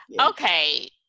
okay